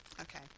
Okay